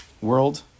world